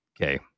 okay